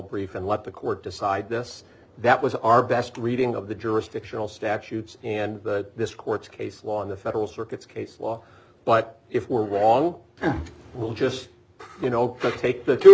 brief and let the courts decide this that was our best reading of the jurisdictional statutes and this court's case law on the federal circuits case law but if we're wrong we'll just you know of take the